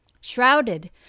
Shrouded